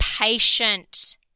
patient